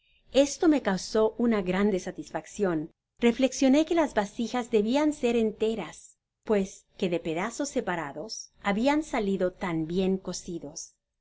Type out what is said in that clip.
esto me causó una grande satisfaccion reflexioné que las vasijas debian salir enteras pues que es pedazos separados habian salido tan bien cocidos